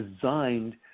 designed